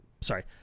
Sorry